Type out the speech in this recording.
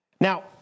Now